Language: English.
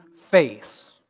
face